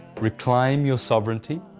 reclaim your sovereignty,